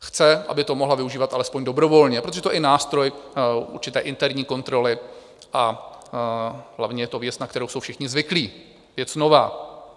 Chtějí, aby to mohly využívat alespoň dobrovolně, protože to je i nástroj určité interní kontroly a hlavně je to věc, na kterou jsou všichni zvyklí, věc nová.